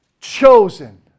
chosen